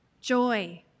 Joy